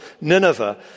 Nineveh